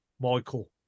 Michael